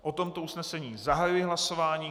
O tomto usnesení zahajuji hlasování.